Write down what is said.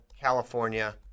California